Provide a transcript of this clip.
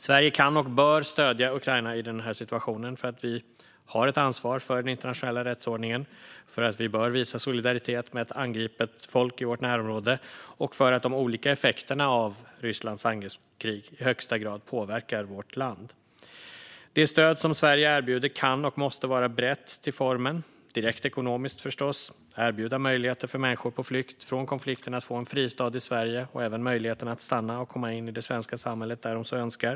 Sverige kan och bör stödja Ukraina i den här situationen för att vi har ett ansvar för den internationella rättsordningen, för att vi bör visa solidaritet med ett angripet folk i vårt närområde och för att de olika effekterna av Rysslands angreppskrig i högsta grad påverkar vårt land. Det stöd som Sverige erbjuder kan och måste vara brett till formen. Det gäller direkt ekonomiskt, förstås. Det handlar också om att erbjuda möjligheter för människor på flykt från konflikten att få en fristad i Sverige och även om möjligheterna att stanna och komma in i det svenska samhället där de så önskar.